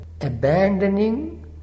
abandoning